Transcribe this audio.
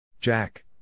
Jack